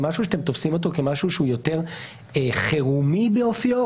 זה משהו שאתם תופסים אותו כמשהו שהוא יותר חירומי באופיו?